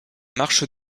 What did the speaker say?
marche